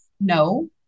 No